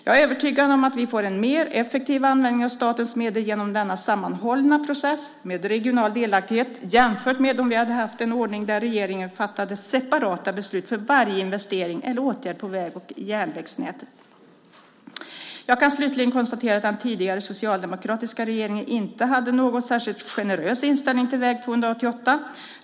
Jag är övertygad om att vi får en mer effektiv användning av statens medel genom denna sammanhållna process med regional delaktighet jämfört med om vi hade en ordning där regeringen fattade separata beslut för varje investering eller åtgärd på väg och järnvägsnäten. Jag kan slutligen konstatera att den tidigare socialdemokratiska regeringen inte hade någon särskilt generös inställning till väg 288.